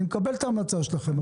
אני מקבל את ההמלצה שלכם,